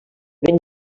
ben